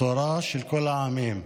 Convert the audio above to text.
בשורה לכל העמים,